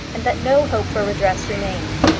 and that no hope for redress remained.